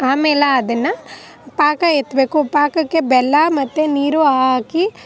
ಆಮೇಲೆ ಅದನ್ನ ಪಾಕ ಎತ್ತಬೇಕು ಪಾಕಕ್ಕೆ ಬೆಲ್ಲ ಮತ್ತೆ ನೀರು ಹಾಕಿ